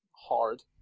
hard